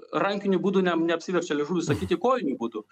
rankiniu būdu ne neapsiverčia liežuvis sakyti kojiniu būdu